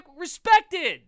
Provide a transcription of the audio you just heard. respected